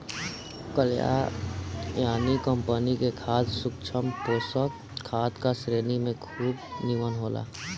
Katyayani company के खाद सूक्ष्म पोषक खाद का श्रेणी में खूब निमन होला